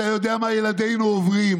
אתה יודע מה ילדינו עוברים.